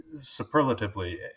superlatively